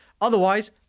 Otherwise